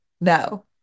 No